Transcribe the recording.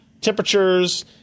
temperatures